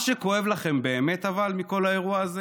אבל מה שכואב לכם באמת בכל האירוע הזה